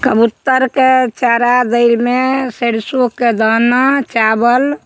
कबुत्तरके चारा दैमे सरिसोके दाना चावल